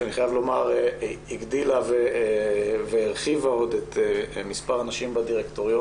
שאני חייב לומר שהגדילה והרחיבה עוד את מספר הנשים בדירקטוריון